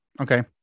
Okay